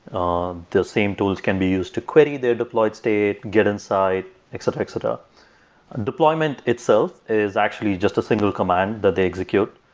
um the same tools can be used to query their deployed state, get inside, etc, etc. deployment itself is actually just a single command that they execute.